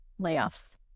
layoffs